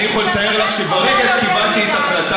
אני יכול לתאר לך שברגע שקיבלתי את החלטת